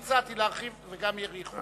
אני הצעתי להרחיב: וגם יריחו.